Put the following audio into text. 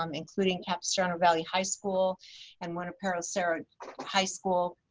um including capistrano valley high school and junipero serra high school.